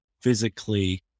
physically